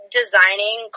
designing